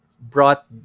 brought